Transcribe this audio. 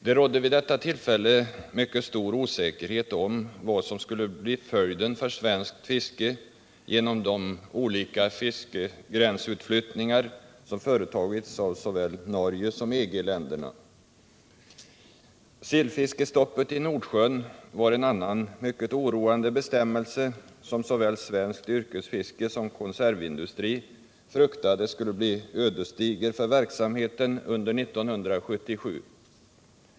Det rådde vid detta tillfälle mycket stor osäkerhet om vad som skulle bli följden för svenskt fiske av de olika fiskegränsutflyttningar som företagits av såväl Norge som EG-länderna. Sillfiskestoppet i Nordsjön var en annan mycket oroande bestämmelse som såväl svenskt yrkesfiske som konservindustri fruktade skulle bli ödesdigert för verksamheten under 1977.